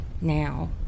now